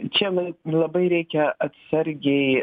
čia la labai reikia atsargiai